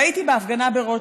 והייתי בהפגנה ברוטשילד.